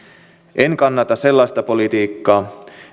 en kannata sellaista politiikkaa